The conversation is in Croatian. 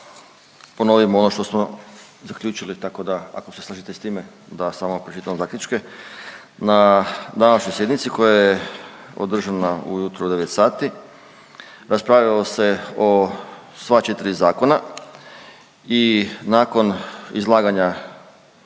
ponovimo ono što smo zaključili, tako da, ako se slažete s time, da samo pročitam zaključke. Na današnjoj sjednici koja je održana ujutro u 9 sati raspravljalo se o sva 4 zakona i nakon izlaganja